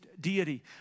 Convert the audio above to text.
deity